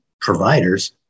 providers